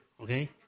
Okay